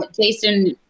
Jason